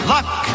Luck